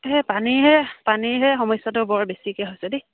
সেই পানীৰে পানীৰহে সমস্যাটো বৰ বেছিকৈ হৈছে দেই